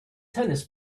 tennis